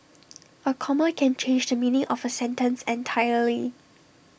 A comma can change the meaning of A sentence entirely